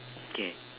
okay